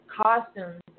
costumes